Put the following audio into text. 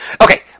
Okay